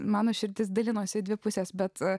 mano širdis dalinosi dvipusės bet